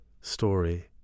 story